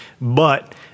but-